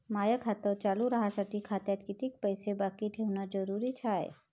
माय खातं चालू राहासाठी खात्यात कितीक पैसे बाकी ठेवणं जरुरीच हाय?